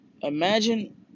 imagine